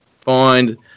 find